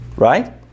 Right